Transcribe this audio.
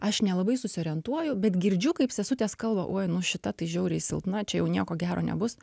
aš nelabai susiorientuoju bet girdžiu kaip sesutės kalba uoj nu šita tai žiauriai silpna čia jau nieko gero nebus